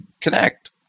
connect